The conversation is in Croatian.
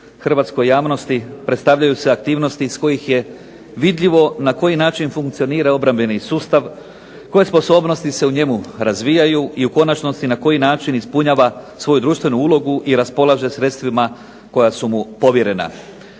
hrvatskoj javnosti predstavljaju se aktivnosti iz kojih je vidljivo na koji način funkcionira obrambeni sustav, koje sposobnosti se u njemu razvijaju i u konačnici na koji način ispunjava svoju društvenu ulogu i raspolaže sredstvima koja su mu povjerena.